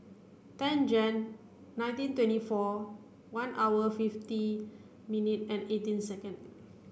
ten Jan nineteen twenty four one hour fifty minute and eighteen second